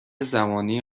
زمانی